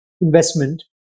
investment